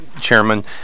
Chairman